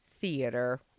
Theater